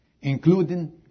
including